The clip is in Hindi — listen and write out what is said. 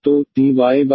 तो dydxsec xy